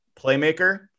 Playmaker